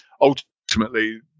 ultimately